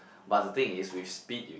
but the thing is we split it